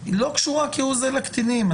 היא לא קשורה כהוא זה לקטינים.